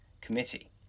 committee